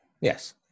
yes